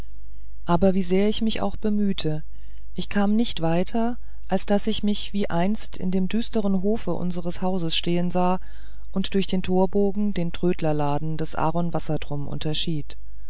aber wie sehr ich mich auch bemühte ich kam nicht weiter als daß ich mich wie einst in dem düsteren hofe unseres hauses stehen sah und durch den torbogen den trödlerladen des aaron wassertrum unterschied